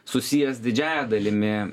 susijęs didžiąja dalimi